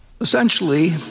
Essentially